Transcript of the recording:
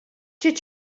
kit